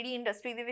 industry